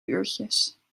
uurtjes